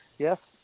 yes